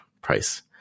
price